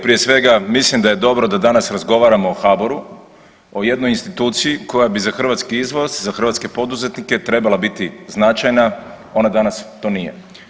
Prije svega mislim da je dobro da danas razgovaramo o HBOR-u, o jednoj instituciji koja bi za hrvatski izvoz i za hrvatske poduzetnike trebala biti značajna, ona danas to nije.